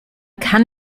kann